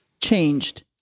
changed